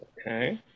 Okay